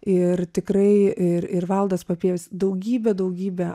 ir tikrai ir ir valdas papievis daugybė daugybė